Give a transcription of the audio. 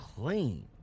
clean